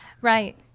Right